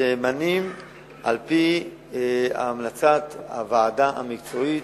מתמנים על-פי המלצת הוועדה המקצועית,